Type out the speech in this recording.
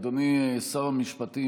אדוני שר המשפטים,